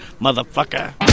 motherfucker